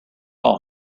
all